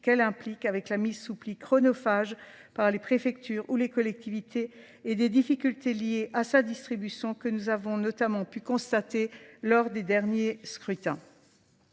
qu'elle implique avec la mise sous pli chronophage par les préfectures ou les collectivités et des difficultés liées à sa distribution que nous avons notamment pu constater lors des derniers scrutins.